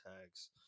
tags